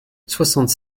soixante